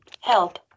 help